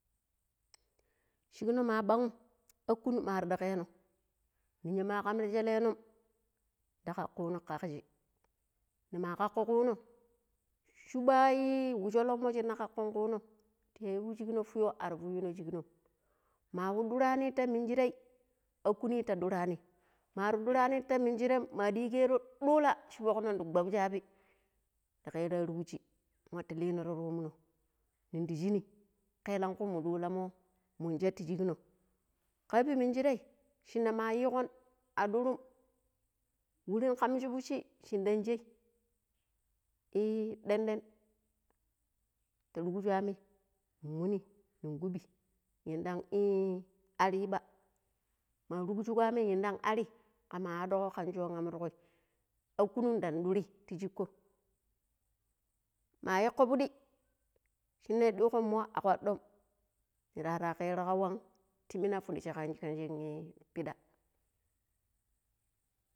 ﻿shigon ma bann dakujugum ma radkeno ninya ma kam ti shelenom da kak kunno kakshi nima kak kuno shuɓa wu sholonmo shina kakon kuno ta ibu shigno fuyyo ar fuyino shignom mawu ɗurani ti mingire akuni ta ɗurani mar ɗuranim ti mijiren ma digano ɗula shi fukno dh gwbu shabi da kero ar wuji watu lino ti trom no ni di shini keelanku mun dulanmo mun sha ti shikkno kaabi minjire shina ma yigon a ɗuron wurin ka shi fushi shin dan shei e denden ta rugujigo ami muni nin kubi yinda ariiba ma rugujugo ami indo arii. kama adugo kan shon am akuni da duri ti shiki mayako biti shina yadikon mo a kwadon nir arakero awan tim mina pidi ssigan, piɗa.